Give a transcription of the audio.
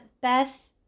Beth